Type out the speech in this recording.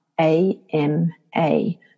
A-M-A